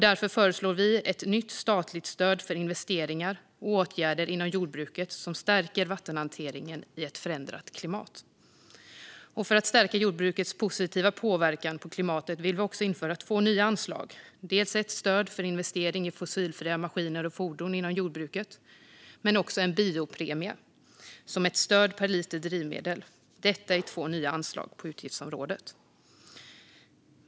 Därför föreslår vi ett nytt statligt stöd för investeringar och åtgärder inom jordbruket som stärker vattenhanteringen i ett förändrat klimat. För att stärka jordbrukets positiva påverkan på klimatet vill vi införa två nya anslag: dels ett stöd för investering i fossilfria maskiner och fordon inom jordbruket, dels en biopremie som ett stöd per liter drivmedel. Detta blir två nya anslag på utgiftsområdet.